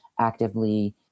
actively